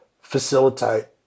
facilitate